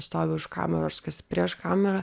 stovi už kameros kas prieš kamerą